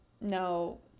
no